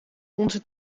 onze